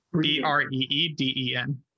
B-R-E-E-D-E-N